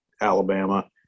Alabama